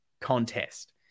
contest